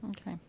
okay